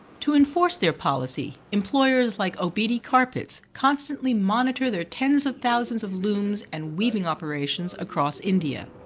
to enforce their policy, employers like obeetee carpets constantly monitor their tens of thousands of looms and weaving operations across india.